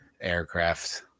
aircraft